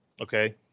okay